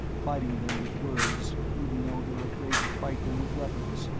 fighting them with words even though they're afraid to fight them with weapons,